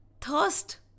thirst